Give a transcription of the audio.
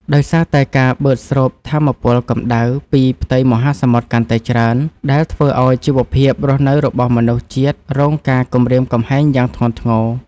ដោយសារតែការបឺតស្រូបថាមពលកម្ដៅពីផ្ទៃមហាសមុទ្រកាន់តែច្រើន ដែលធ្វើឱ្យជីវភាពរស់នៅរបស់មនុស្សជាតិរងការគំរាមកំហែងយ៉ាងធ្ងន់ធ្ងរ។